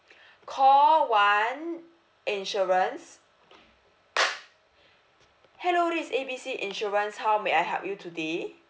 call one insurance hello this is A B C insurance how may I help you today